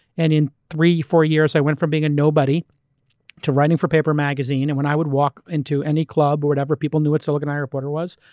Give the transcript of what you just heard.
and in three, four years, i went from being a nobody to writing for paper magazine. and when i would walk into any club or whatever, people knew what silicon alley reporter was,